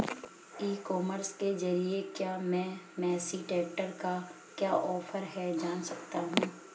ई commerce के ज़रिए क्या मैं मेसी ट्रैक्टर का क्या ऑफर है जान सकता हूँ?